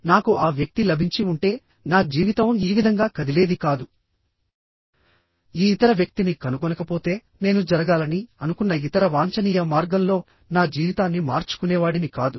నాకు ఆ వ్యక్తి లభించి ఉంటే నా జీవితం ఈ విధంగా కదిలేది కాదు ఈ ఇతర వ్యక్తిని కనుగొనకపోతే నేను జరగాలని అనుకున్న ఇతర వాంఛనీయ మార్గంలో నా జీవితాన్ని మార్చుకునేవాడిని కాదు